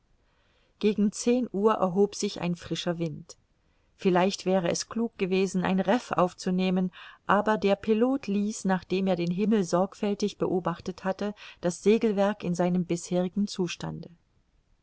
gegen zehn uhr erhob sich ein frischer wind vielleicht wäre es klug gewesen ein reff aufzunehmen aber der pilot ließ nachdem er den himmel sorgfältig beobachtet hatte das segelwerk in seinem bisherigen zustande